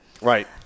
right